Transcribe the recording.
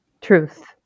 Truth